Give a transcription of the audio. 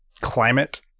climate